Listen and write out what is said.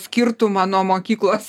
skirtumą nuo mokyklos